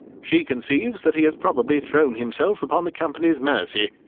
she conceives that he has probably thrown himself upon the company's mercy,